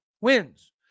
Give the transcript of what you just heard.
wins